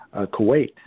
Kuwait